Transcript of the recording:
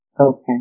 Okay